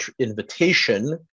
invitation